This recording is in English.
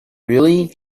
really